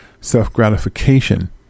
self-gratification